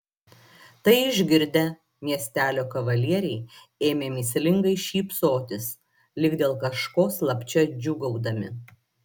tai išgirdę miestelio kavalieriai ėmė mįslingai šypsotis lyg dėl kažko slapčia džiūgaudami